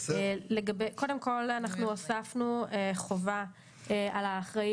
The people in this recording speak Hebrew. קודם כל אנחנו הוספנו חובה על האחראי